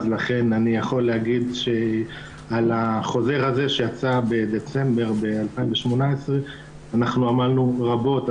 לכן אני יכול להגיד על החוזר הזה שיצא בדצמבר 2018 שאנחנו עמלנו רבות,